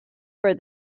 for